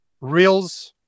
reels